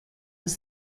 was